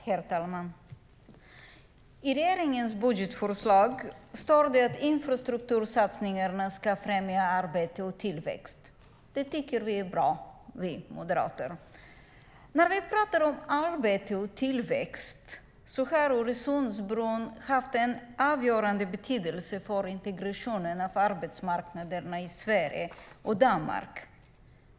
Herr talman! I regeringens budgetförslag står det att infrastruktursatsningarna ska främja arbete och tillväxt. Det tycker vi moderater är bra. När vi pratar om arbete och tillväxt har Öresundsbron haft en avgörande betydelse för integrationen av arbetsmarknaderna i Sverige och Danmark.